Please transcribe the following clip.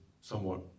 somewhat